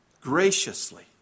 graciously